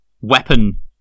weapon